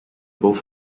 both